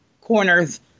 corners